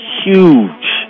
huge